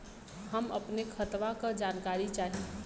हम अपने खतवा क जानकारी चाही?